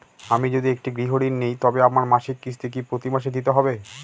আমি যদি একটি গৃহঋণ নিই তবে আমার মাসিক কিস্তি কি প্রতি মাসে দিতে হবে?